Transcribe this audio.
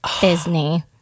Disney